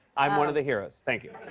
i'm one of the heroes. thank you.